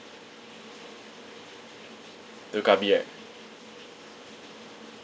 to krabi right